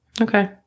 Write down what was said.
Okay